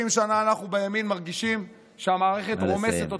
30 שנה אנחנו בימין מרגישים שהמערכת רומסת אותנו.